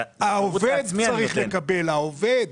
העובד צריך לקבל, העובד.